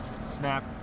snap